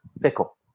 Fickle